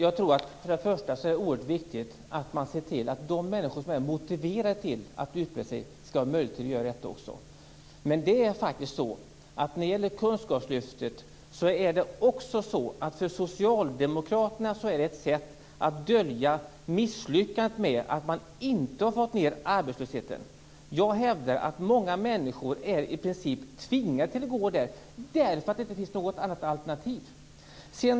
Herr talman! Det är oerhört viktigt att man ser till att de människor som är motiverade att utbilda sig också skall ha möjlighet att göra det. För socialdemokraterna är kunskapslyftet ett sätt att dölja misslyckandet, att man inte fått ned arbetslösheten. Jag hävdar att många människor i princip är tvingade till det därför att det inte finns något annat alternativ.